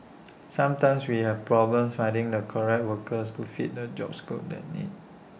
sometimes we have problems finding the correct workers to fit the job scope that need